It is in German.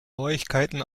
neuigkeiten